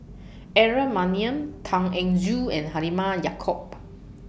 Aaron Maniam Tan Eng Joo and Halimah Yacob